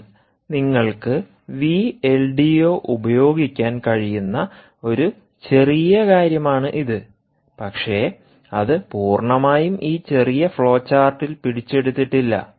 എന്നാൽ നിങ്ങൾക്ക് V L D ഉപയോഗിക്കാൻ കഴിയുന്ന ഒരു ചെറിയ കാര്യമാണ് ഇത് പക്ഷേ അത് പൂർണ്ണമായും ഈ ചെറിയ ഫ്ലോചാർട്ടിൽ പിടിച്ചെടുത്തിട്ടില്ല